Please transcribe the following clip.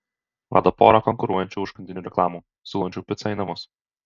rado porą konkuruojančių užkandinių reklamų siūlančių picą į namus